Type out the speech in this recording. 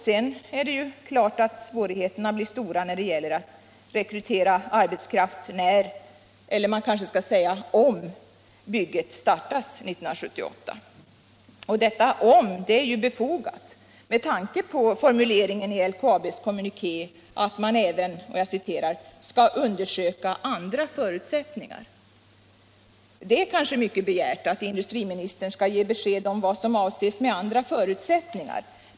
Sedan är det klart att svårigheterna blir stora också då det gäller att rekrytera arbetskraft när — eller man kanske skall säga om — bygget startas 1978. Detta ”om” är befogat med tanke på formuleringen i LKAB:s kommuniké, att man även ”skall undersöka andra förutsättningar”. Det är kanske mycket begärt att industriministern skall ge besked om vad som avses med ”andra förutsättningar”.